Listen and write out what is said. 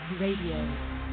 Radio